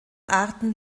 arten